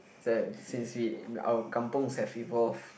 since we our kampong have evolved